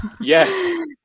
Yes